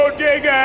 ah dig ah